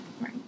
right